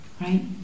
right